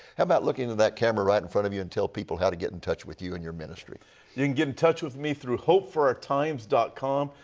how about looking into that camera right in front of you and tell people how to get in touch with you and your ministry you can get in touch with me through hopeforourtimes com.